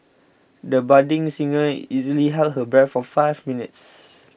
the budding singer easily held her breath for five minutes